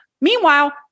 Meanwhile